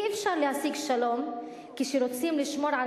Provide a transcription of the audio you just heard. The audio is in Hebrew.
אי-אפשר להשיג שלום כשרוצים לשמור על